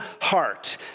heart